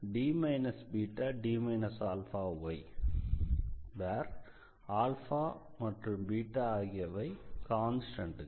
D αD βyD βD αy αβ ஆகியவை கான்ஸ்டண்ட்கள்